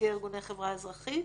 נציגי ארגון חברה אזרחית.